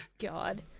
God